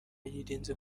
yirinze